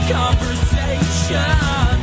conversation